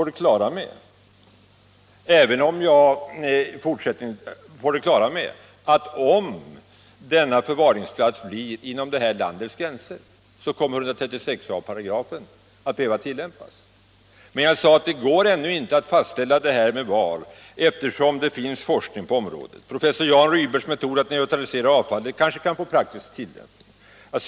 Jag kan säga till herr Lidbom att jag är på det klara med att om denna förvaringsplats blir inom det här landets gränser, så kommer 136 a § att behöva tillämpas. Men jag framhöll också att det ännu inte går att fastställa var, bl.a. eftersom det förekommer mycken forskning på området. Professor Jan Rydbergs metod att neutralisera avfallet kanske kan få praktisk tillämpning.